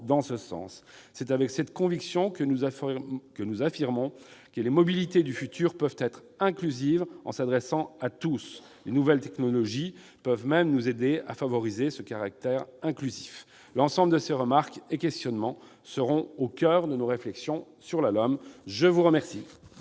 dans ce sens. C'est forts de cette conviction que nous affirmons que les mobilités du futur peuvent être inclusives en s'adressant à tous. Les nouvelles technologies peuvent même nous aider à favoriser ce caractère inclusif. L'ensemble de ces remarques et questionnements seront au coeur de nos réflexions relatives au projet